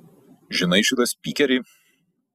žinai šitą spykerį